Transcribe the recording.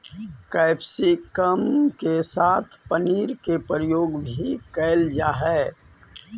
capsicum के साथ पनीर के प्रयोग भी कैल जा हइ